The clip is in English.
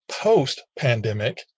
post-pandemic